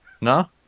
No